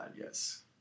yes